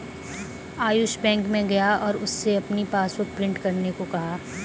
Ayush bank में गया और उससे अपनी पासबुक प्रिंट करने को कहा